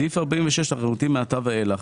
אישור לעניין סעיף 46 הוא מעתה ואילך.